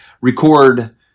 record